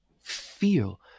feel